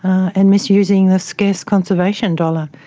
and misusing the scarce conservation dollar.